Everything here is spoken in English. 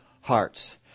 hearts